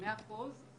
מאה אחוז,